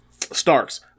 Starks